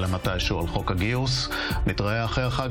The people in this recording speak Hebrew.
חברות וחברי הכנסת,